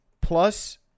Plus